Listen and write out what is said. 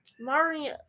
Mario